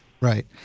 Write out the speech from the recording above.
right